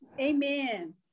Amen